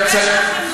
כל הקמפיין שלכם נופל,